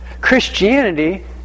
Christianity